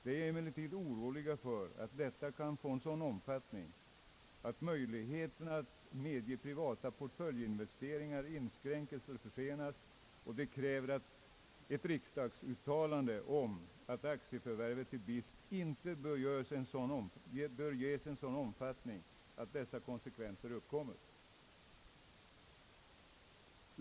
De är emellertid oroliga för att detta kan få en sådan omfattning att möjligheten att medge privata portföljinvesteringar inskränkes eller försenas, och de kräver ett riksdagsuttalande om att aktieförvärvet i BIS inte bör ges en sådan omfattning att dessa konsekvenser uppkommer.